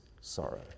sorrow